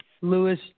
Lewis